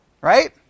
Right